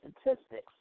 statistics